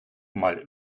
mal